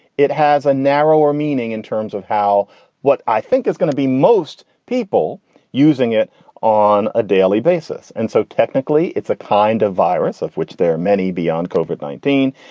it has a narrower meaning in terms of how what i think is going to be most people using it on a daily basis. and so technically, it's a kind of virus of which there are many beyond kovar at nineteen.